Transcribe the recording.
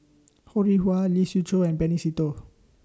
Ho Rih Hwa Lee Siew Choh and Benny Se Teo